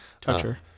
toucher